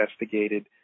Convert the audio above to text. investigated